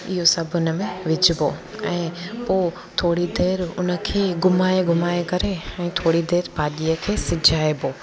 इहो सभु हुन में विझिबो ऐं पोइ थोरी देर उन खे घुमाए घुमाए करे ऐं थोरी देर भाॼीअ खे सिजाइबो